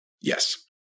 Yes